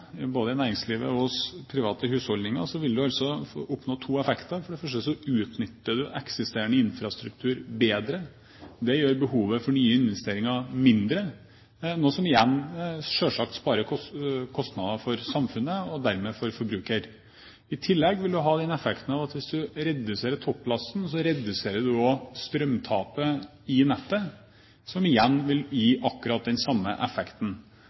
både i næringslivet og i private husholdninger, vil du oppnå to effekter. For det første utnytter du eksisterende infrastruktur bedre. Det gjør behovet for nye investeringer mindre, noe som igjen selvsagt sparer kostnader for samfunnet, og dermed for forbruker. I tillegg vil du ha den effekten at hvis du reduserer topplasten, reduserer du også strømtapet i nettet, som igjen vil gi akkurat den samme effekten.